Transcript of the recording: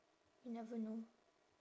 you never know